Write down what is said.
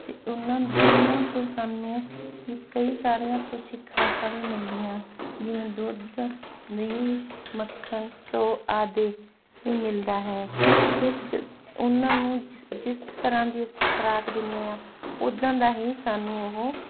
ਫਿਰ ਉਹਨਾਂ ਉਹਨਾਂ ਤੋਂ ਸਾਨੂੰ ਵੀ ਕਈ ਸਾਰੀਆਂ ਪੋਸ਼ਟਿਕ ਖੁਰਾਕਾਂ ਵੀ ਮਿਲਦੀਆਂ ਜਿਵੇਂ ਦੁੱਧ ਦਹੀਂ ਮੱਖਣ ਘਿਓ ਆਦਿ ਵੀ ਮਿਲਦਾ ਹੈ ਫਿਰ ਜ ਉਹਨਾਂ ਨੂੰ ਜਿਸ ਜਿਸ ਤਰ੍ਹਾਂ ਦੀ ਅਸੀਂ ਖੁਰਾਕ ਦਿੰਦੇ ਹਾਂ ਉੱਦਾਂ ਦਾ ਹੀ ਸਾਨੂੰ ਉਹ